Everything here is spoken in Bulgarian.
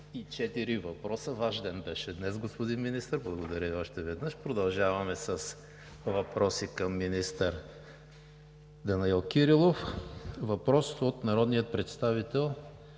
Въпрос от народния представител